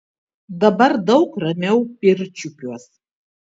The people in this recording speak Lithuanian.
dabar daug ramiau pirčiupiuos